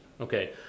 okay